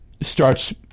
starts